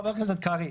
חבר הכנסת קרעי,